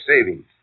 savings